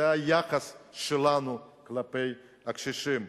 זה היחס שלנו כלפי הקשישים.